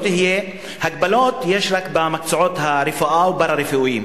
הגבלות יש רק במקצועות הרפואה ובמקצועות פארה-רפואיים,